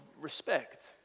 respect